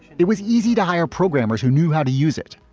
it was easy to hire programmers who knew how to use it.